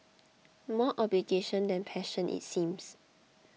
more obligation than passion it seems